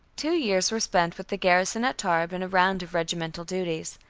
two years were spent with the garrison at tarbes, in a round of regimental duties.